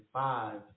five